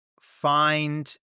find